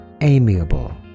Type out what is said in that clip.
amiable